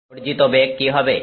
অর্জিত বেগ কি হবে